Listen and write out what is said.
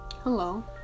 Hello